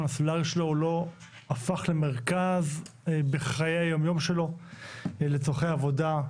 הסלולרי שלו הוא לא הפך למרכז בחיי היום יום שלו לצרכי עבודה,